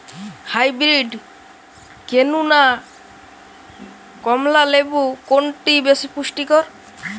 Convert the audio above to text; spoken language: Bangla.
হাইব্রীড কেনু না কমলা লেবু কোনটি বেশি পুষ্টিকর?